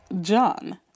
John